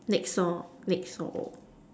next or next or